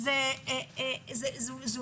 אין להן את האפשרות הזאת.